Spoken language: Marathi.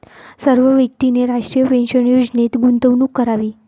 सर्व व्यक्तींनी राष्ट्रीय पेन्शन योजनेत गुंतवणूक करावी